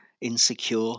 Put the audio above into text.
insecure